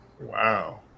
Wow